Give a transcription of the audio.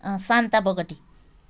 Shanta Bogati